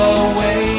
away